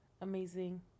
amazing